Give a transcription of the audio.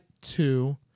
two